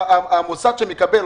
המוסד שמקבל,